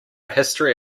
history